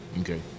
Okay